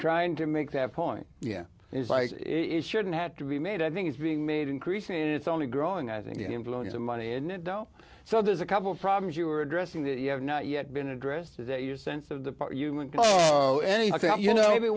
trying to make that point yeah it's like it shouldn't have to be made i think it's being made increasing and it's only growing i think the influence of money in it though so there's a couple problems you were addressing that you have not yet been addressed your sense of the human cost i think you know maybe